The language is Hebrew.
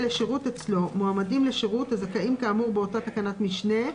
לשירות אצלו מועמדים לשירות הזכאים כאמור באותה תקנת משנה,